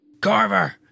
Carver